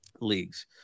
leagues